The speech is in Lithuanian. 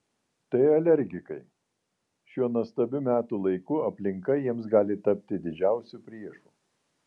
tai alergikai šiuo nuostabiu metų laiku aplinka jiems gali tapti didžiausiu priešu